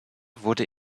wurde